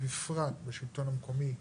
ובפרט בשלטון המקומי,